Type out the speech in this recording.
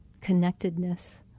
connectedness